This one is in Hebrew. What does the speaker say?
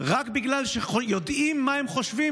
רק בגלל שיודעים מה הם חושבים,